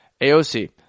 AOC